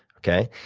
okay?